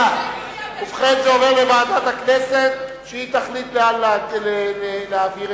שהצעת חוק ההתייעלות הכלכלית (תיקוני חקיקה ליישום